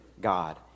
God